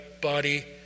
body